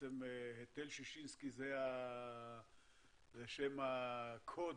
שהיטל ששינסקי זה שם הקוד,